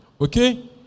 Okay